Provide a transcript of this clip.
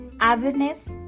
awareness